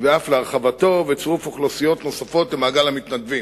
ואף להרחבתו ולצירוף אוכלוסיות נוספות למעגל המתנדבים.